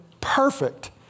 perfect